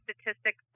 statistics